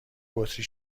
بطری